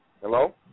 Hello